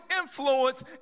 influence